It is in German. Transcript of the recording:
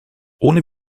ohne